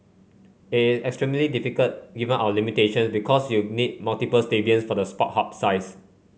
it extremely difficult given our limitation because you need multiple stadiums for the sport hub size